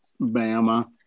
Bama